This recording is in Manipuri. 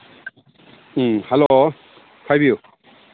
ꯎꯝ ꯍꯂꯣ ꯍꯥꯏꯕꯤꯌꯨ